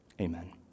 Amen